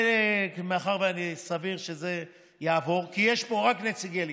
מאחר שסביר שזה יעבור, כי יש פה רק נציגי ליכוד,